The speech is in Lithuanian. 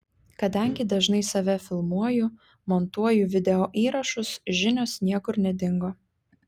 kadangi dažnai save filmuoju montuoju videoįrašus žinios niekur nedingo